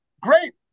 Great